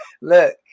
Look